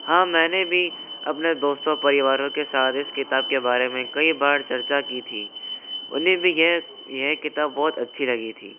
हाँ मैंने भी अपने दोस्तो परिवारों के साथ इस किताब के बारे में कई बार चर्चा की थी उन्हें भी यह यह किताब बहुत अच्छी लगी थी